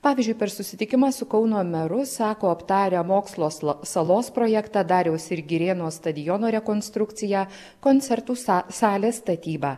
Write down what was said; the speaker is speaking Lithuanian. pavyzdžiui per susitikimą su kauno meru sako aptarę mokslo sla salos projektą dariaus ir girėno stadiono rekonstrukciją koncertų salės statybą